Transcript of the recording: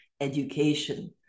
education